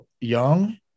young